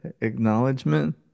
acknowledgement